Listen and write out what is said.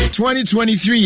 2023